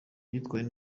bitwaye